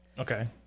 Okay